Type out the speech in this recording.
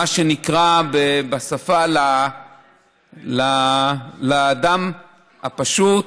מה שנקרא, לאדם הפשוט